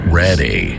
ready